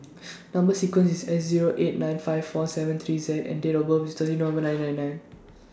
Number sequence IS S Zero eight nine five four seven three Z and Date of birth IS thirty November nine nine nine